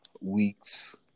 weeks